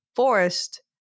Forest